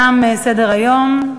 תם סדר-היום,